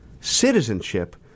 citizenship